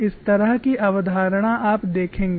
इस तरह की अवधारणा आप देखेंगे